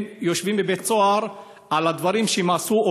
הם יושבים בבית-סוהר על הדברים שהם עשו,